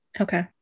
Okay